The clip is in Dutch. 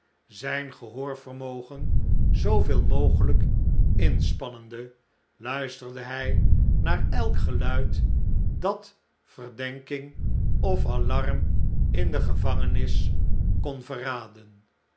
alleen zp gehoorvermogen zooveel mogelijk inspannende luisterde hy naar elk geluid dat verdenking of alarm in de gevangenis kon verraden